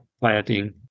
planting